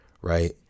right